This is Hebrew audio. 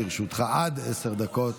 התרבות והספורט לצורך הכנתה לקריאה